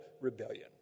rebellion